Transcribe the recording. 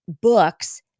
books